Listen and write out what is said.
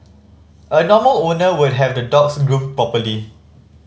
a normal owner would have the dogs groomed properly